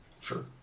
sure